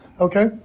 okay